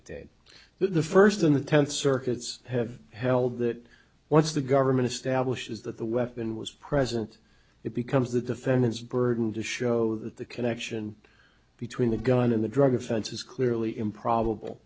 it did the first in the tenth circuits have held that once the government establishes that the weapon was present it becomes the defendant's burden to show that the connection between the gun in the drug offense is clearly improbable